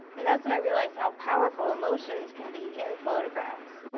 and that's when i realized how powerful emotions can be in photographs.